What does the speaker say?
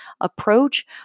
approach